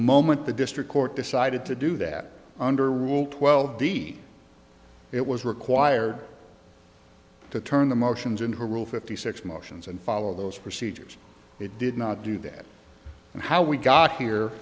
moment the district court decided to do that under rule twelve b it was required to turn the motions in to rule fifty six motions and follow those procedures it did not do that and how we got